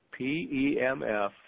PEMF